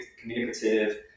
communicative